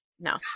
No